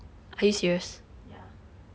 yeah